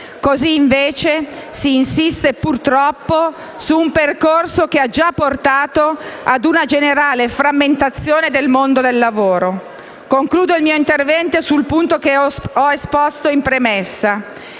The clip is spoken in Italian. Così, invece, si insiste purtroppo su un percorso che ha già portato a una generale frammentazione del mondo del lavoro. Concludo il mio intervento sul punto che ho esposto in premessa: